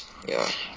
ya